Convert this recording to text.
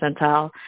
percentile